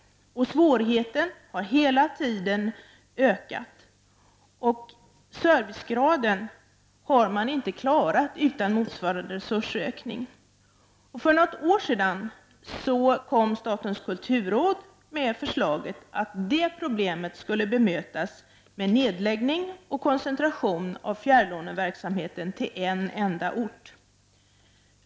Svårigheten att hela tiden öka servicegraden utan motsvarande resursökning har varit uppenbar. För något år sedan föreslog statens kulturråd att det problemet skulle bemötas med nedläggning och koncentration av fjärrlåneverksamheten till en enda ort.